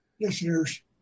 listeners